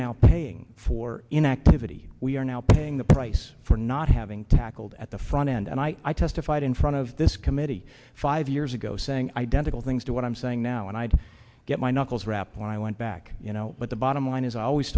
now paying for inactivity we are now paying the price for not having tackled at the front end and i i testified in front of this committee five years ago saying identical things to what i'm saying now and i'd get my knuckles rapped when i went back you know but the bottom line is i always